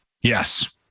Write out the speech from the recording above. Yes